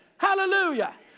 Hallelujah